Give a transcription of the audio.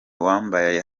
wambaye